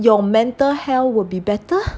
your mental health will be better